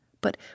But